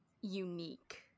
unique